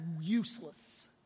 useless